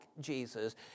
Jesus